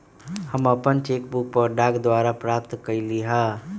हम अपन cheque book डाक द्वारा प्राप्त कईली ह